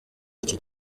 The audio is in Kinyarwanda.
iki